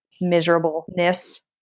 miserableness